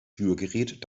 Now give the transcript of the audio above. rührgerät